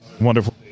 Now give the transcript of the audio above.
wonderful